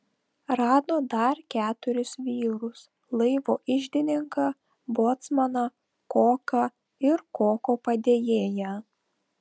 rado dar keturis vyrus laivo iždininką bocmaną koką ir koko padėjėją